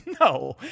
no